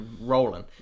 rolling